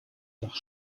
nach